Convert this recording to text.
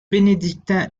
bénédictin